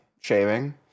shaving